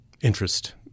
interest